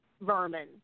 vermin